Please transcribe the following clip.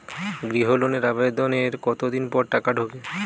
গৃহ লোনের আবেদনের কতদিন পর টাকা ঢোকে?